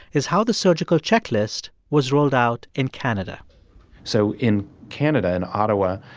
is how the surgical checklist was rolled out in canada so in canada, in ottawa,